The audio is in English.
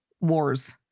wars